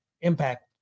Impact